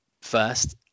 first